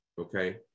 Okay